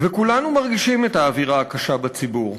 כולנו מרגישים את האווירה הקשה בציבור.